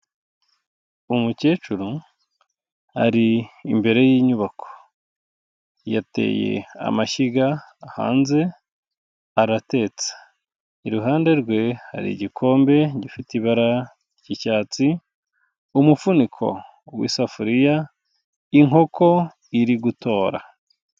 Umukecuru ari imbere y'inyubako, yateye amashyiga hanze aratetse, iruhande rwe hari igikombe gifite ibara ry'icyatsi, umufuniko w'isafuriya, inkoko iri gutora.